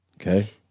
Okay